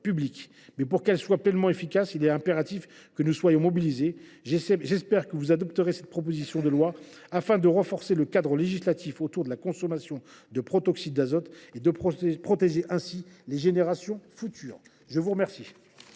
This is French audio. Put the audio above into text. mais, pour qu’elle soit pleinement efficace, il est impératif que nous soyons mobilisés. J’espère que vous adopterez cette proposition de loi, afin de renforcer le cadre législatif de la consommation de protoxyde d’azote et de protéger ainsi les générations futures. La parole